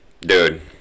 Dude